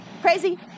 crazy